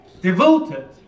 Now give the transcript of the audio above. devoted